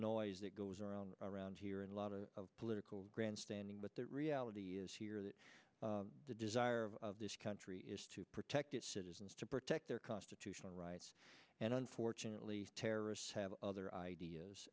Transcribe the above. noise that goes around around here and a lot of political grandstanding but the reality is here that the desire of this country is to protect its citizens to protect their constitutional rights and unfortunately terrorists have other ideas